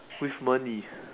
with money